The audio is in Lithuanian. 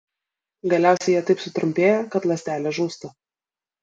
galiausiai jie taip sutrumpėja kad ląstelė žūsta